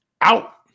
Out